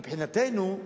מבחינתנו,